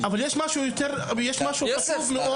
אבל יש משהו חשוב מאוד.